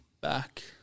back